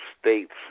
states